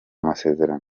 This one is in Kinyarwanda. amasezerano